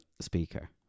speaker